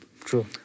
True